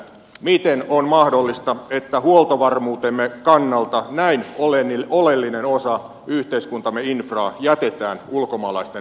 miten on mahdollista että huoltovarmuutemme kannalta näin oleellinen osa yhteiskuntamme infraa jätetään ulkomaalaisten keinottelijoiden käsiin